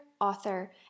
author